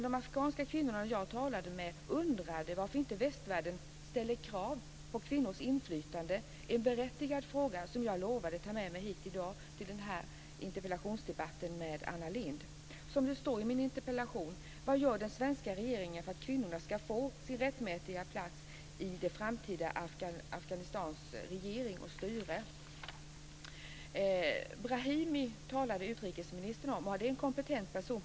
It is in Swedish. De afghanska kvinnorna som jag talade med undrade varför inte västvärlden ställer krav på kvinnors inflytande, vilket är en berättigad fråga som jag lovade att ta med mig hit i dag till den här interpellationsdebatten med Anna Lindh. Utrikesministern talade om Brahimi. Det är på många sätt en kompetent person.